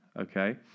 Okay